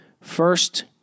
First